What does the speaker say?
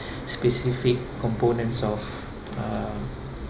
specific components of uh